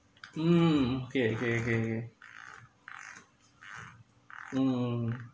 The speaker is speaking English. mm okay okay okay okay mm